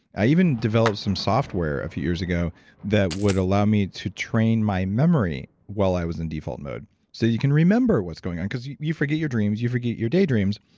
i even developed some software a few years ago that would allow me to train my memory while i was in default mode so you can remember what's going on because you you forget your dreams, you forget your daydreams.